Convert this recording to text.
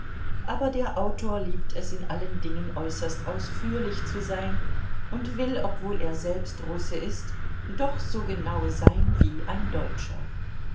aber der autor liebt es in allen dingen äußerst ausführlich zu sein und will obwohl er selbst russe ist doch so genau sein wie ein deutscher